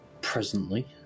presently